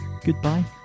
goodbye